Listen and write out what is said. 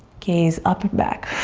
gaze up and back,